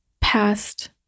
past